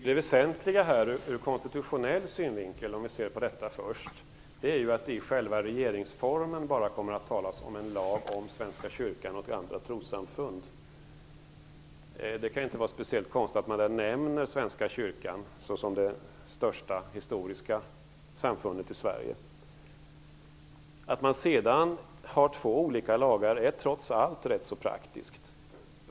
Herr talman! Det väsentliga ur konstitutionell synvinkel är att det i själva regeringsformen bara kommer att talas om en lag om Svenska kyrkan och andra trossamfund. Det kan inte vara speciellt konstigt att man då nämner Svenska kyrkan som det största historiska samfundet i Sverige. Att man sedan har två olika lagar är trots allt ganska praktiskt.